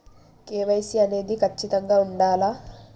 KYC అనేది ఖచ్చితంగా ఉండాలా?